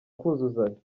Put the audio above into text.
kuzuzanya